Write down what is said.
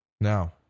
Now